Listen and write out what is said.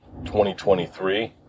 2023